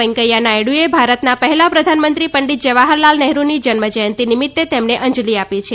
વૈકેંયા નાયડુએ ભારતના પહેલા પ્રધાનમંત્રી પંડિત જવાહરલાલ નહેરૂની જન્મ જયંતિ નિમિત્ત તેમને અંજલિ આપી છે